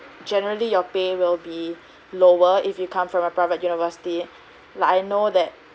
generally your pay will be lower if you come from a private university like I know that